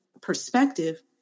perspective